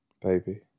Baby